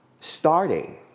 starting